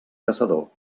caçador